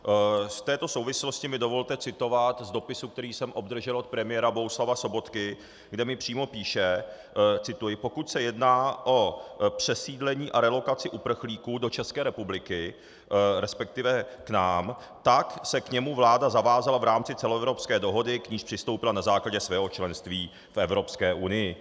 V této souvislosti mi dovolte citovat z dopisu, který jsem obdržel od premiéra Bohuslava Sobotky, kde mi přímo píše cituji: Pokud se jedná o přesídlení a relokaci uprchlíků do České republiky, resp. k nám, tak se k němu vláda zavázala v rámci celoevropské dohody, k níž přistoupila na základě svého členství v Evropské unii.